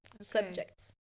Subjects